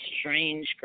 strange